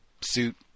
suit